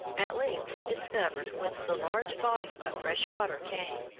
at length he discovered whence the large volume of fresh water came.